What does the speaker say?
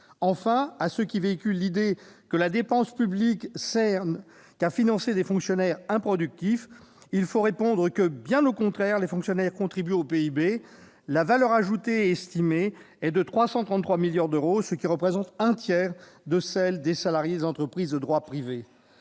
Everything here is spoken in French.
Enfin, à ceux qui véhiculent l'idée selon laquelle la dépense publique ne servirait qu'à financer le paiement des fonctionnaires improductifs, il faut répondre que, bien au contraire, les fonctionnaires contribuent au PIB : leur valeur ajoutée est estimée à 333 milliards d'euros, ce qui représente un tiers de celle des salariés des entreprises de droit privé.